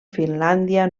finlàndia